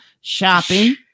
shopping